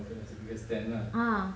ah